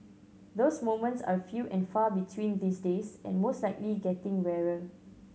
those moments are few and far between these days and most likely getting rarer